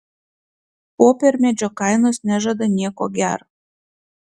popiermedžio kainos nežada nieko gero